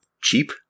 cheap